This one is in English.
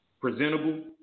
presentable